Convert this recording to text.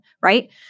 right